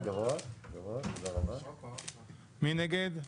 מי נגד?